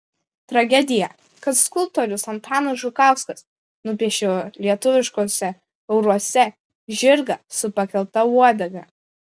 tragedija kad skulptorius antanas žukauskas nupiešė lietuviškuose euruose žirgą su pakelta uodega